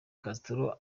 castro